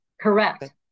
Correct